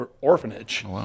orphanage